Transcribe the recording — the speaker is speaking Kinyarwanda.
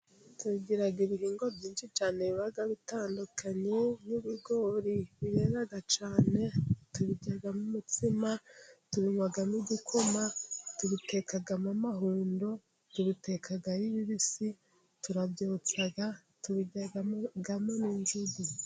Tugira ibihingwa byinshi cyane biba bitandukanye nk'ibigori birera cyane, tubiryamo umutsima, tubinywamo igikoma tubitekamo amahundo, tubiteka ari bibisi, turabyotsa tubiryagamo n'injugu.